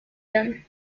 them